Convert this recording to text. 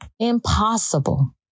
Impossible